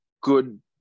good